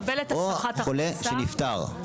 או חולה שנפטר.